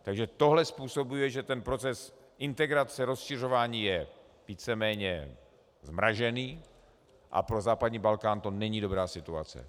Takže tohle způsobuje, že ten proces integrace, rozšiřování je víceméně zmrazený a pro západní Balkán to není dobrá situace.